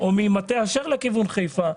או ממטה אשר לכיוון חיפה.